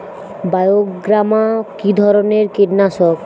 বায়োগ্রামা কিধরনের কীটনাশক?